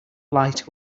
light